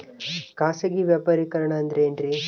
ಖಾಸಗಿ ವ್ಯಾಪಾರಿಕರಣ ಅಂದರೆ ಏನ್ರಿ?